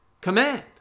command